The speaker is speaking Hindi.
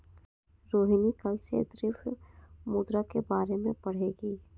रोहिणी कल से द्रव्य मुद्रा के बारे में पढ़ेगी